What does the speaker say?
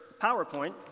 PowerPoint